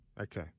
okay